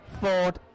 Ford